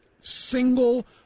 single